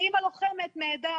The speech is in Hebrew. כאימא לוחמת נהדר,